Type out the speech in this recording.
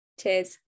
Cheers